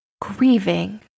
grieving